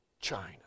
china